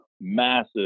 massive